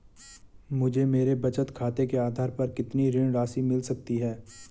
मुझे मेरे बचत खाते के आधार पर कितनी ऋण राशि मिल सकती है?